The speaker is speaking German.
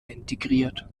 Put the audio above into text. integriert